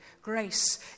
grace